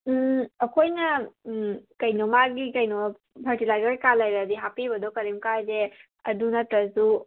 ꯑꯩꯈꯣꯏꯅ ꯀꯩꯅꯣ ꯃꯥꯒꯤ ꯀꯩꯅꯣ ꯐꯔꯇꯤꯂꯥꯏꯖꯔ ꯀꯩꯀꯥ ꯂꯩꯔꯗꯤ ꯍꯥꯞꯄꯤꯕꯗꯣ ꯀꯔꯤꯝ ꯀꯥꯏꯗꯦ ꯑꯗꯨ ꯅꯠꯇ꯭ꯔꯁꯨ